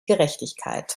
gerechtigkeit